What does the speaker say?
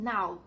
Now